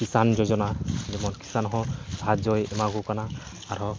ᱠᱤᱥᱟᱱ ᱡᱳᱡᱚᱱᱟ ᱡᱮᱢᱚᱱ ᱠᱤᱥᱟᱱᱦᱚᱸ ᱥᱟᱦᱟᱡᱽᱡᱚᱭ ᱮᱢᱟᱠᱚ ᱠᱟᱱᱟ ᱟᱨᱦᱚ